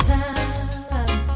time